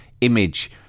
image